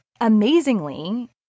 amazingly